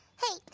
hey,